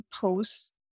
post